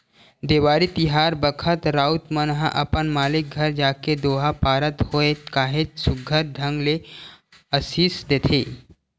देवारी तिहार बखत राउत मन ह अपन मालिक घर जाके दोहा पारत होय काहेच सुग्घर ढंग ले असीस देथे